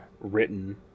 written